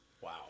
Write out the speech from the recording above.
Wow